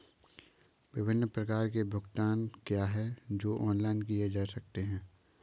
विभिन्न प्रकार के भुगतान क्या हैं जो ऑनलाइन किए जा सकते हैं?